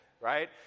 right